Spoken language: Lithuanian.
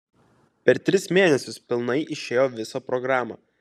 per tris mėnesius pilnai išėjo visą programą